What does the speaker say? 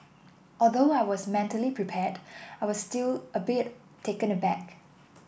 although I was mentally prepared I was still a bit taken aback